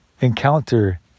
encounter